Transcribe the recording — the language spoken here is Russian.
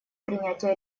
принятия